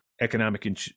economic